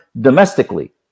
domestically